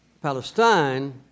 Palestine